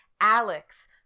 Alex